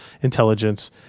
intelligence